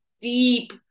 deep